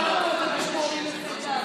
חבר הכנסת פורר,